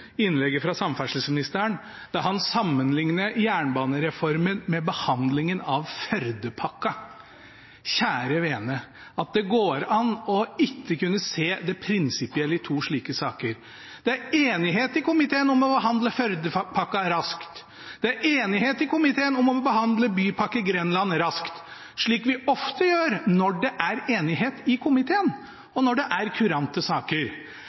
innlegget fra samferdselsministeren, da han sammenlignet jernbanereformen med behandlingen av Førdepakken. Kjære vene, at det går an ikke å kunne se det prinsipielle i to slike saker. Det er enighet i komiteen om å behandle Førdepakken raskt, og det er enighet om komiteen om å behandle Bypakke Grenland raskt – slik vi ofte gjør når det er enighet i komiteen, og når det er